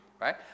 right